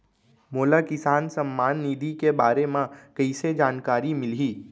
मोला किसान सम्मान निधि के बारे म कइसे जानकारी मिलही?